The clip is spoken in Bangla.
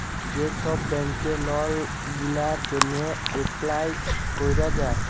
যে ছব ব্যাংকে লল গিলার জ্যনহে এপ্লায় ক্যরা যায়